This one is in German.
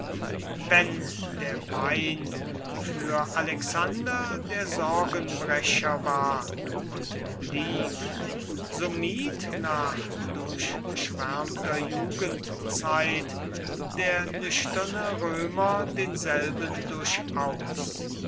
wenn der wein für alexander der sorgenbrecher war und blieb so mied nach durchschwärmter jugendzeit der nüchterne römer denselben durchaus